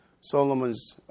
Solomon's